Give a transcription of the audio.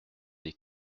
des